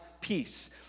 peace